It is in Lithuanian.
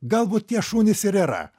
galbūt tie šunys ir yra